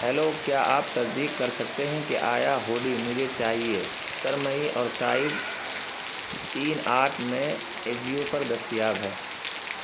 hello کیا آپ تصدیق کر سکتے ہیں کہ آیا ہوڈی مجھے چاہیے سرمئی اور سائز تین آٹھ میں اجیو پر دستیاب ہے